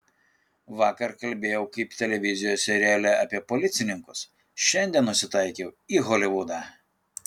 vakar kalbėjau kaip televizijos seriale apie policininkus šiandien nusitaikiau į holivudą